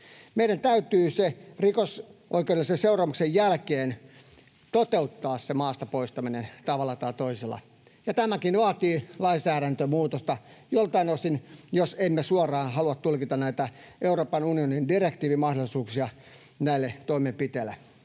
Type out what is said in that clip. Meidän täytyy sen rikosoikeudellisen seuraamuksen jälkeen toteuttaa maasta poistaminen tavalla tai toisella, ja tämäkin vaatii lainsäädäntömuutosta joltain osin, jos emme suoraan halua tulkita näitä Euroopan unionin direktiivin mahdollisuuksia näille toimenpiteille.